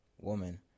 woman